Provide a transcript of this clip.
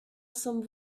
some